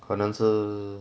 可能是